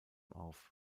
auf